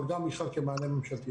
אבל גם בכלל כמענה ממשלתי.